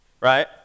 right